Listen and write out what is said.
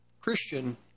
Christian